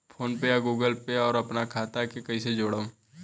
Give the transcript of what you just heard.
PhonePe या Google Pay पर अपना खाता के कईसे जोड़म?